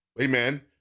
Amen